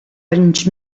anys